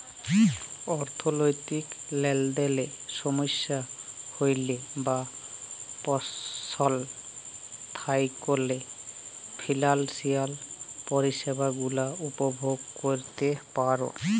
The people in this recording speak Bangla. অথ্থলৈতিক লেলদেলে সমস্যা হ্যইলে বা পস্ল থ্যাইকলে ফিলালসিয়াল পরিছেবা গুলা উপভগ ক্যইরতে পার